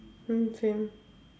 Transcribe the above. mm same